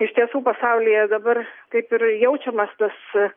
iš tiesų pasaulyje dabar kaip ir jaučiamas tas